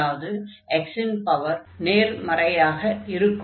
அதாவது x இன் power நேர்மறையாக இருக்கும்